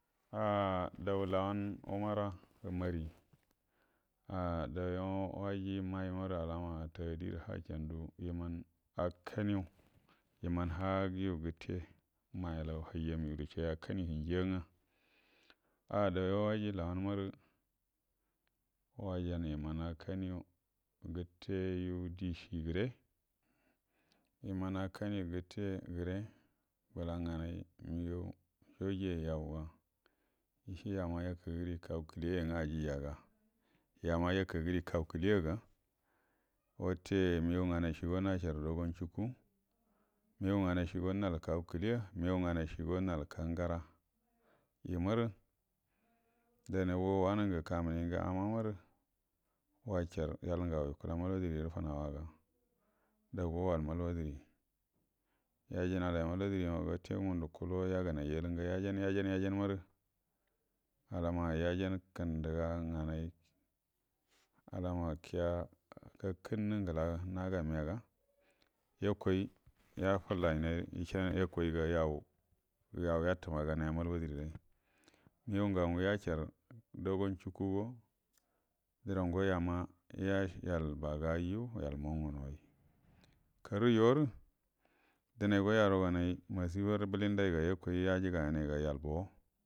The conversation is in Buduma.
Ah dau lawan amara mani ah danyo waji mai maru alama tagudi ha shandu imam akanyu iman haguyu gutte mayalan hagam yudu sai akkanyu hinjiya nga ah dauyo waji lawan maru wajan iman akkanyu gutte yu dishi gure iman akkanyu gutte gure bula nganai migan shoji yayi yanga ishe yama yakaguri kan kuliya yanga ayijaga yama yakagari kankuliya ga watte migau nganai chuigo nashar dogon shuku nigan nganai shigo nal kau kuliya unigan nganashigo nal kangara yumaru dunaigo wanungre kamu ningu ama maru wachar yal ngan yuku mal faduri ru funa waga dango wall wal faduri yajindaya mal faduni maga wate ngundu kulu yaganai iyelga yajan-yan maru alama yajan kunduga nganai alama kiya gakunnu ugla naga mega yakoi yafullaina ishe yakaiga gau yau yatumaganaiya mal fadunirai migau ngan ngu yashar dogon cukugo ndrango yama yal bagaiju yal mongunoyi karru yaru dunaigo yaruganai mashiba bulindaiga yakai yajiganaiga yad bow.